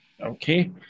Okay